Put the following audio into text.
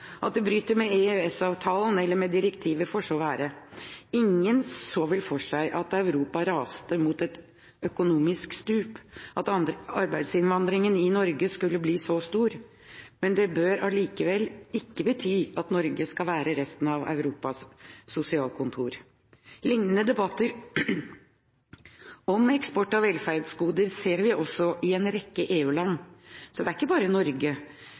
At det bryter med EØS-avtalen eller med direktiver, får så være. Ingen så vel for seg at Europa raste mot et økonomisk stup, og at arbeidsinnvandringen til Norge skulle bli så stor. Men det bør allikevel ikke bety at Norge skal være sosialkontor for resten av Europa. Lignende debatter om eksport av velferdsgoder ser vi også i en rekke EU-land. Det er ikke bare i Norge